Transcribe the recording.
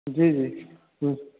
जी जी हुँ